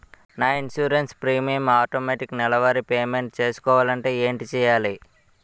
నా insurance premium automatic నెలవారి payment చేసుకోవాలంటే ఏంటి చేయాలి?